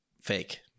fake